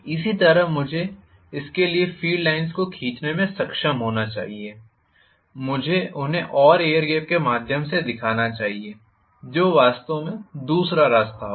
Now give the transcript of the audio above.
इसी तरह मुझे इसके लिए फ़ील्ड लाइनों को भी खींचने में सक्षम होना चाहिए मुझे उन्हें और एयर गेप के माध्यम से दिखाना चाहिए जो वास्तव में दूसरा रास्ता होगा